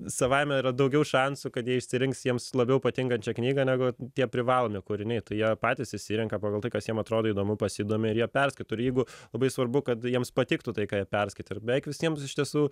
savaime yra daugiau šansų kad jie išsirinks jiems labiau patinkančią knygą negu tie privalomi kūriniai tai jie patys išsirenka pagal tai kas jiem atrodo įdomu pasidomi ir jie perskaito ir jeigu labai svarbu kad jiems patiktų tai ką jie perskaitė ir beveik visiems iš tiesų